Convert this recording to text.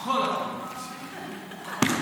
1 לא נתקבלה.